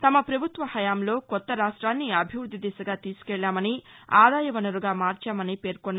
తమ పభుత్వ హయాంలో కొత్త రాష్టాన్ని అభివృద్ది దిశగా తీసుకెళ్లామని ఆదాయ వసరుగా మార్చానని చెప్పారు